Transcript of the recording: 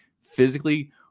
physically